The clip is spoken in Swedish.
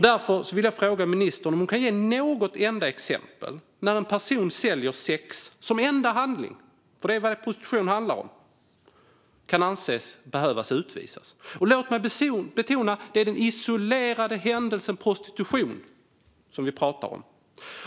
Därför vill jag fråga ministern om hon kan ge något enda exempel på när en person som säljer sex som enda handling, för det är vad prostitution handlar om, kan anses behöva utvisas. Låt mig betona att det är den isolerade händelsen prostitution som vi pratar om.